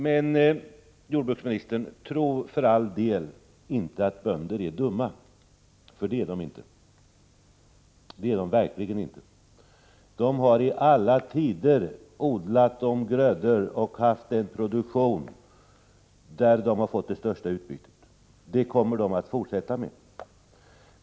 Men, jordbruksministern, tro för all del inte att bönder är dumma, för det är de verkligen inte. De har i alla tider odlat de grödor och bedrivit den produktion som de fått det största utbytet av. Det kommer de att fortsätta med.